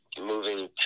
moving